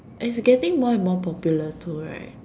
it's getting more and more popular too right